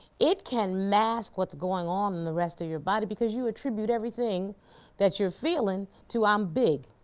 it can mask what's going on in the rest of your body because you attribute everything that you're feeling to i'm big,